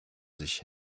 sich